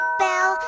bell